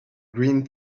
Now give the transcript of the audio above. green